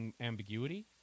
ambiguity